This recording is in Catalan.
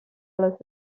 les